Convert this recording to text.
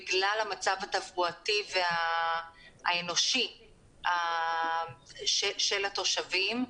בגלל המצב התברואתי והאנושי של התושבים.